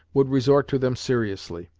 would resort to them seriously,